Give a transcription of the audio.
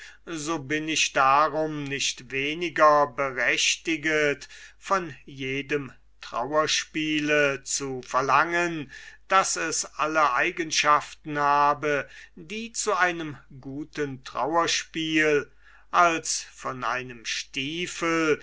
so bin ich darum nicht weniger berechtiget von jedem trauerspiel zu verlangen daß es alle eigenschaften habe die zu einem guten trauerspiel als von einem